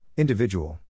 Individual